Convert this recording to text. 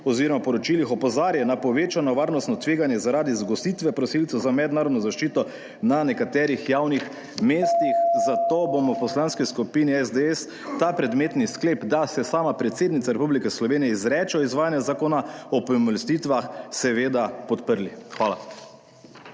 oz. poročilih opozarja na povečano varnostno tveganje zaradi zgostitve prosilcev za mednarodno zaščito na nekaterih javnih mestih, zato bomo v Poslanski skupini SDS ta predmetni sklep, da se sama predsednica Republike Slovenije izreče o izvajanju Zakona o pomilostitvah, seveda podprli. Hvala.